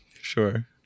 sure